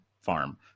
farm